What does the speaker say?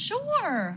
Sure